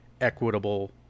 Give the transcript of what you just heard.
equitable